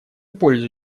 пользу